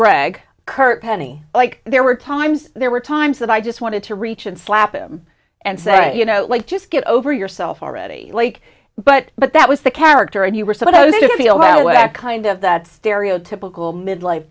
greg kurt penny like there were times there were times that i just wanted to reach and slap him and say you know like just get over yourself already like but but that was the character and you were so they didn't feel what kind of that stereotypical midlife